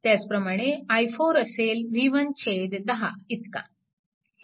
त्याचप्रमाणे i4 असेल v110 इतका